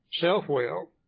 self-will